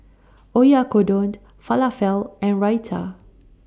Oyakodon Falafel and Raita